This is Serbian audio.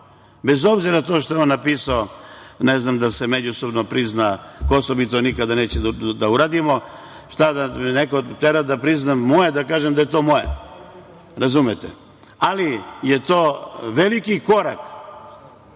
Bez obzira na to što je on napisao, ne znam, da se međusobno prizna Kosovo, mi to nikada nećemo da uradimo. Šta da me neko tera da priznam moje, da kažem da je to moje. Razumete? Ali, to je veliki korak